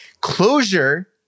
Closure